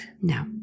No